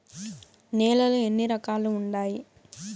నేలలు ఎన్ని రకాలు వుండాయి?